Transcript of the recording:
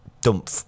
dump